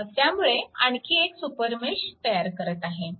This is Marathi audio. त्यामुळे आणखी एक सुपरमेश तयार करत आहे